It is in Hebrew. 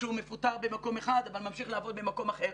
שהוא מפוטר במקום אחד אבל ממשיך לעבוד במקום אחר.